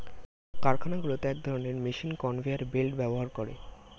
কারখানাগুলোতে এক ধরণের মেশিন কনভেয়র বেল্ট ব্যবহার করে